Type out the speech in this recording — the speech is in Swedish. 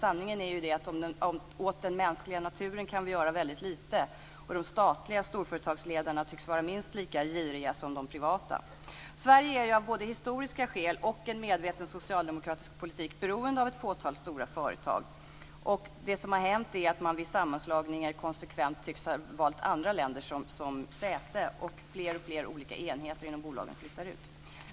Sanningen är ju att vi kan göra väldigt lite åt den mänskliga naturen. Sverige är både av historiska skäl och genom en medveten socialdemokratisk politik beroende av ett fåtal stora företag. Det som har hänt är att man vid sammanslagningar konsekvent tycks ha valt andra länder som säten, och fler och fler enheter inom bolagen flyttar ut.